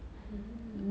hmm